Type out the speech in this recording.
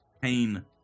pain